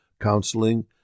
counseling